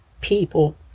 people